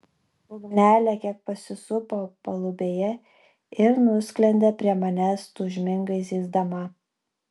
ugnelė kiek pasisupo palubėje ir nusklendė prie manęs tūžmingai zyzdama